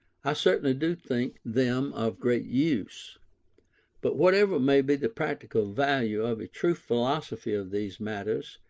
i certainly do think them of great use but whatever may be the practical value of a true philosophy of these matters,